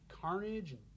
Carnage